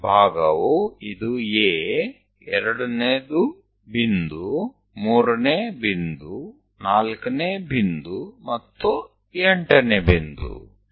તો વિભાગો આ રીતે થશે આ પ્રથમ બીજુ બિંદુ ત્રીજુ બિંદુ ચોથું પાંચમું બિંદુ